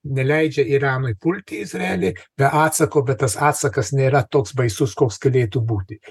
neleidžia iranui pulti izraelį be atsako bet tas atsakas nėra toks baisus koks galėtų būti